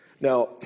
Now